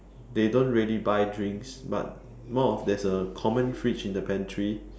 they don't really buy drinks but more of there's a common fridge in the pantry